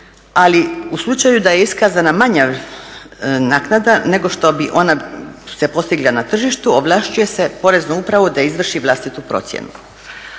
ali u slučaju da je iskazana manja naknada nego što bi ona se postigla na tržištu ovlašćuje se Poreznu upravu da izvrši vlastitu procjenu.